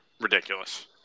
ridiculous